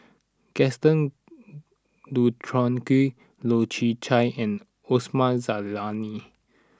Gaston Dutronquoy Loy Chye Chuan and Osman Zailani